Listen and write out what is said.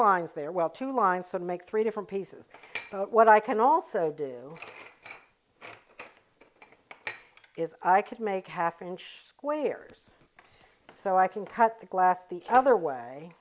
lines there well two lines to make three different pieces of what i can also do is i could make half an inch squares so i can cut the glass the other way